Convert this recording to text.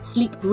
Sleep